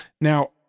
now